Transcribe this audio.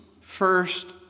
first